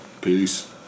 Peace